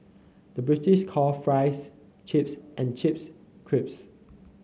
the British call fries chips and chips crisps